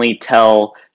tell